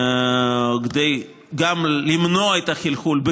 גם למנוע את החלחול,